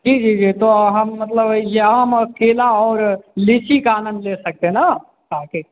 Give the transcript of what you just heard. जी जी जी तो हम मतलब यह आम और केला और लीची का आनंद ले सकते हैं ना हाँ खाकर